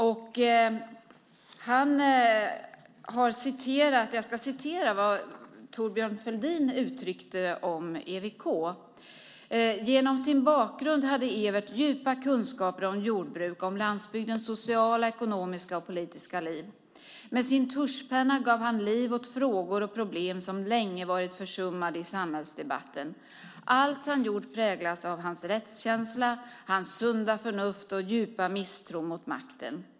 Jag ska citera vad Thorbjörn Fälldin uttryckte om EWK: "Genom sin bakgrund hade Ewert djupa kunskaper om jordbruk, om landsbygdens sociala, ekonomiska och politiska liv. Med sin tuschpenna gav han liv åt frågor och problem som länge varit försummade i samhällsdebatten. Allt han gjort präglas av hans rättskänsla, hans sunda förnuft och djupa misstro mot makten.